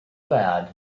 bad